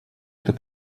это